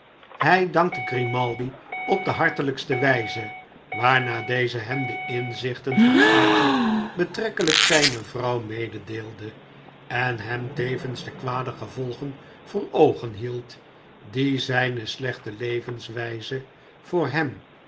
hij dankte grimaldi op de harteujkste wijze waarna deze hem de inzichten van archer betrekkelijk zijne vrouw mededeelde en hem tevens de kwade gevolgen voor oogen hield die zijne slechte levenswijze voor hem